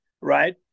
right